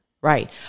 Right